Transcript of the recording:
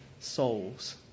Souls